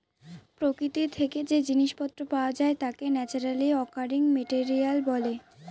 প্রকৃতি থেকে যে জিনিস পত্র পাওয়া যায় তাকে ন্যাচারালি অকারিং মেটেরিয়াল বলে